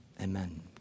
Amen